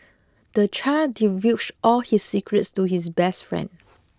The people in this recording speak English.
the child divulged all his secrets to his best friend